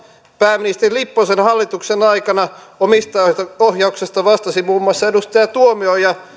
pääministeri lipposen hallituksen aikana omistajaohjauksesta vastasi muun muassa edustaja tuomioja